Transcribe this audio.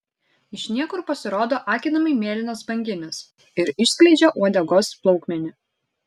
iš niekur pasirodo akinamai mėlynas banginis ir išskleidžia uodegos plaukmenį